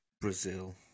Brazil